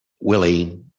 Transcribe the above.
willie